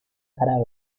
jarabe